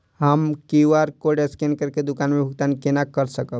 हम QR code scan करके दुकान में भुगतान केना कर सकब?